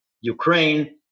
Ukraine